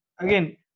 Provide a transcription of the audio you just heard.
Again